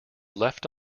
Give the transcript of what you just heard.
left